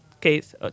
case